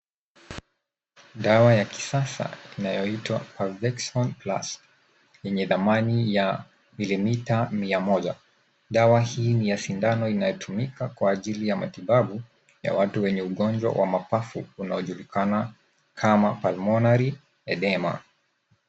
Dawa ya kisasa inayoitwa Parvexon Plus, yenye dhamani ya milimita mia moja. Dawa hii ni ya sindano inayotumika kwa ajili ya matibabu ya watu wenye ugonjwa ya mapafu, inayojulikana kama Pulmonary oedema.